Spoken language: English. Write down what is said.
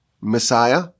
Messiah